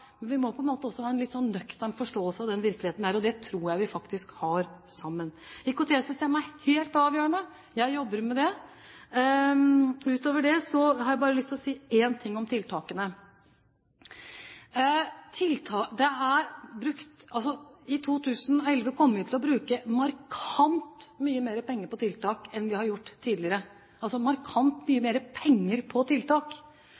men vi må på en måte også ha en nøktern forståelse av den virkeligheten, og det tror jeg vi har. IKT-systemet er helt avgjørende. Jeg jobber med det. Utover det har jeg bare lyst til å si én ting om tiltakene: I 2011 kommer vi til å bruke markant mye mer penger på tiltak enn det vi har gjort tidligere – altså markant mye mer penger på tiltak.